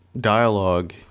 dialogue